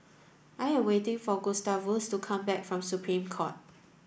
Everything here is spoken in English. I am waiting for Gustavus to come back from Supreme Court